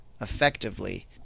effectively